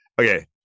Okay